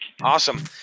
Awesome